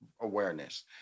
awareness